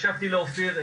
הקשבתי לאופיר,